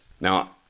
Now